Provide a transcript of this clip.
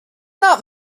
not